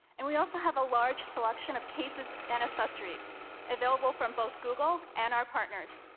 and we also have a large selection of cases and accessories available from both google and our partners.